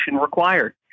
required